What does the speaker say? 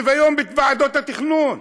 שוויון בוועדות התכנון,